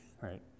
right